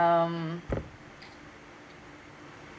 um